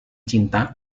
cinta